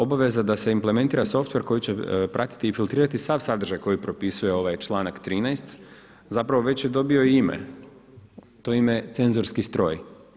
Obaveza da se implementira softver koji će pratiti i filtrirati sav sadržaj koji propisuje ovaj članak 13. zapravo već je i dobio ime, to je ime cenzorski stroj.